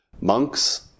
monks